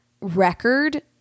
record